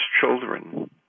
children